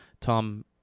Tom